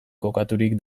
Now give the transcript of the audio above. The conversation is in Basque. kokaturik